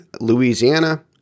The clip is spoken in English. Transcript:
Louisiana